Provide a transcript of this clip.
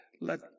let